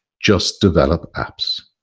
just develop apps.